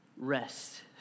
rest